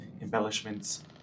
embellishments